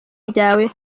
ryawe